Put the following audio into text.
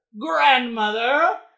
Grandmother